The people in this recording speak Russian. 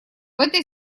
этой